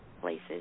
places